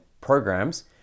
programs